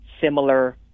similar